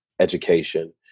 education